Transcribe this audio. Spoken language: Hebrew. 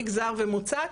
מגזר ומוצא,